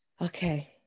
Okay